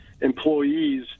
employees